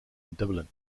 dublin